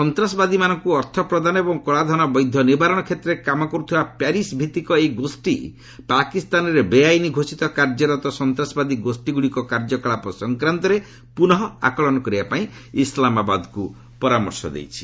ସନ୍ତାସବାଦୀମାନଙ୍କୁ ଅର୍ଥପ୍ରଦାନ ଏବଂ କଳାଧନ ବୈଧ ନିବାରଣ କ୍ଷେତ୍ରରେ କାମ କରୁଥିବା ପ୍ୟାରିସ୍ଭିଭିକ ଏହି ଗୋଷ୍ଠୀ ପାକିସ୍ତାନରେ ବେଆଇନ ଘୋଷିତ କାର୍ଯ୍ୟରତ ସନ୍ତାସବାଦୀ ଗୋଷୀଗୁଡ଼ିକ କାର୍ଯ୍ୟକଳାପ ସଂକ୍ରାନ୍ତରେ ପୁନଃ ଆକଳନ କରିବାପାଇଁ ଇସ୍ଲାମାବାଦକୁ ପରାମର୍ଶ ଦେଇଛି